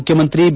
ಮುಖ್ಯಮಂತ್ರಿ ಬಿ